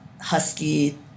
Husky